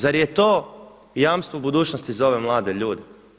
Zar je to jamstvo budućnosti za ove mlade ljude?